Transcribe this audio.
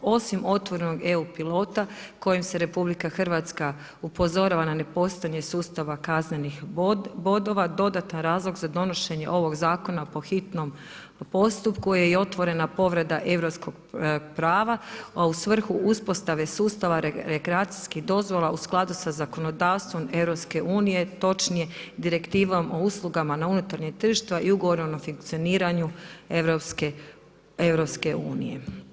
Osim otvorenog EU pilota kojim se RH upozorava na nepostojanje sustava kaznenih bodova, dodatan razlog za donošenje ovog zakona po hitnom postupku je i otvorena povreda europskog prava, a u svrhu uspostave sustava rekreacijskih dozvola u skladu sa zakonodavstvom EU, točnije Direktivom o uslugama na unutarnjem tržištu, a i Ugovor o funkcioniranju EU.